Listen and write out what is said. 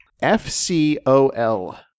F-C-O-L